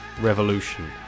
revolution